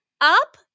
up